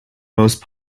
most